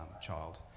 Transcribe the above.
child